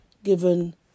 given